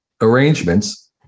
arrangements